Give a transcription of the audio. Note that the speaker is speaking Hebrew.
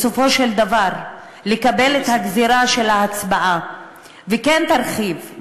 בסופו של דבר לקבל את הגזירה של ההצבעה וכן תרחיב,